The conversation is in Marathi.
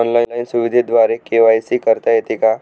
ऑनलाईन सुविधेद्वारे के.वाय.सी करता येते का?